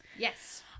Yes